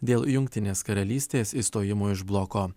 dėl jungtinės karalystės išstojimo iš bloko